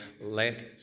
let